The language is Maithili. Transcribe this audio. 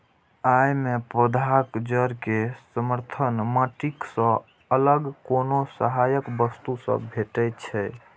अय मे पौधाक जड़ कें समर्थन माटि सं अलग कोनो सहायक वस्तु सं भेटै छै